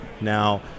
now